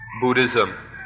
Buddhism